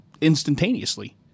instantaneously